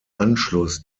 anschluss